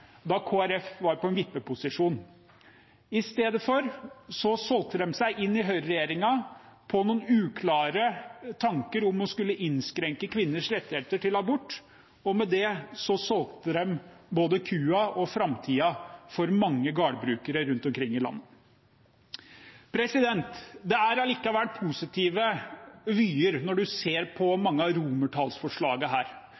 da Kristelig Folkeparti var i en vippeposisjon. I stedet solgte de seg inn i høyreregjeringen på noen uklare tanker om å skulle innskrenke kvinners rettigheter til abort, og med det solgte de både kua og framtiden for mange gardbrukere rundt omkring i landet. Det er allikevel positive vyer når en ser på mange av romertallsforslagene her.